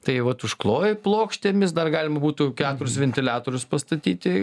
tai vat užkloji plokštėmis dar galima būtų keturis ventiliatorius pastatyti